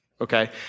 Okay